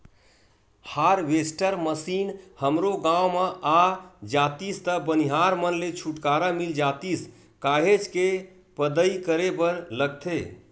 harvester मसीन हमरो गाँव म आ जातिस त बनिहार मन ले छुटकारा मिल जातिस काहेच के पदई करे बर लगथे